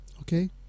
Okay